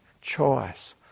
choice